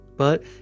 but